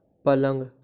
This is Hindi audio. पलंग